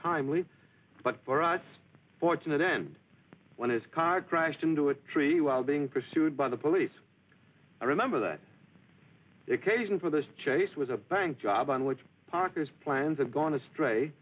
untimely but for us fortunate then when his car crashed into a tree while being pursued by the police i remember that occasion for the chase was a bank job on which parker's plans have gone astray